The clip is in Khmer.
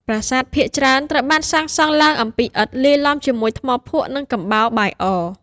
ប្រាសាទភាគច្រើនត្រូវបានសាងសង់ឡើងអំពីឥដ្ឋ លាយឡំជាមួយថ្មភក់ និងកំបោរបាយអ។